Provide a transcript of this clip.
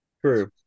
True